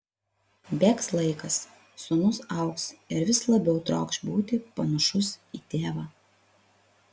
bėgs laikas sūnus augs ir vis labiau trokš būti panašus į tėvą